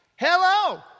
Hello